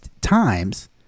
times